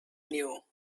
knew